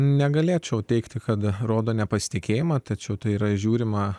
negalėčiau teigti kad rodo nepasitikėjimą tačiau tai yra žiūrima